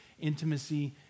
intimacy